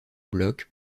blocs